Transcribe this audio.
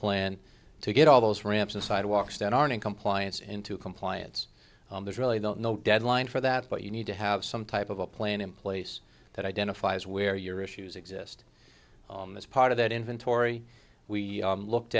plan to get all those ramps and sidewalks that are in compliance into compliance there's really not no deadline for that but you need to have some type of a plan in place that identifies where your issues exist as part of that inventory we looked